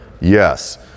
yes